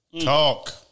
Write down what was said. Talk